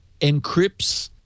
encrypts